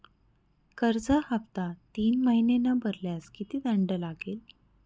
कर्ज हफ्ता तीन महिने न भरल्यास किती दंड लागेल?